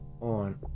on